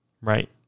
right